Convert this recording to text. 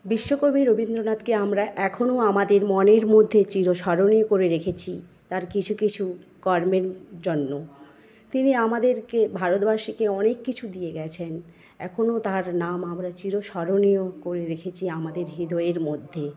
বিশ্বকবি রবীন্দ্রনাথকে আমরা এখনো আমাদের মনের মধ্যে চিরস্মরণীয় করে রেখেছি তার কিছু কিছু কর্মের জন্য তিনি আমাদেরকে ভারতবাসীকে অনেক কিছু দিয়ে গেছেন এখনো তার নাম আমরা চিরস্মরণীয় করে রেখেছি আমরা হৃদয়ের মধ্যে